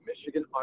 Michigan